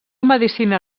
medicina